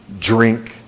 drink